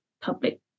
public